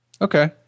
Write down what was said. Okay